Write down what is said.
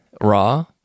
Raw